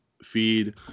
feed